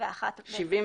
בסעיף